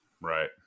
Right